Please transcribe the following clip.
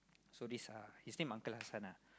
so this uh his name uncle Hassan ah